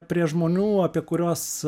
prie žmonių apie kuriuos